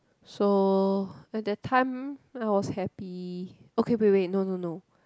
so at that time I was happy okay wait wait wait no no no